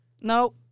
No